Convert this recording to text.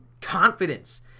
Confidence